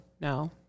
No